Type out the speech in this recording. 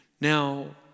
Now